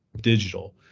digital